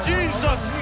Jesus